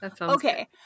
Okay